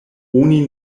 oni